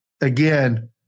again